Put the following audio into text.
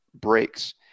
breaks